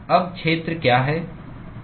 अब क्षेत्र क्या है